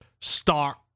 start